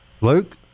Luke